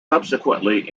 subsequently